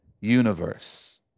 universe